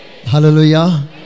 Hallelujah